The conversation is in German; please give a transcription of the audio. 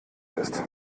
ist